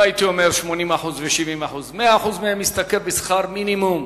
לא הייתי אומר 80% ו-70% 100% משתכרים שכר מינימום,